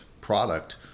product